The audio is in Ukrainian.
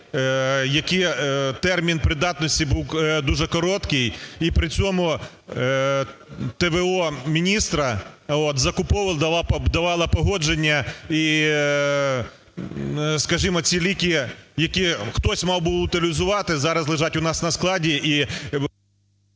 які… термін придатності був дуже короткий і при цьому т.в.о.міністра закуповувала, давала погодження і, скажімо, ці ліки, які хтось мав би утилізувати, зараз у нас лежать на складі і…